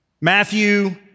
Matthew